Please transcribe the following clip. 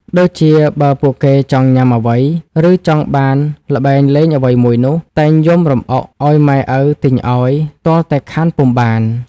ដូចជាបើពួកគេចង់ញ៉ាំអ្វី ឬចង់បានល្បែងលេងអ្វីមួយនោះ តែងយំរំអុកឲ្យម៉ែឪទិញឲ្យ ទាល់តែខានពុំបាន។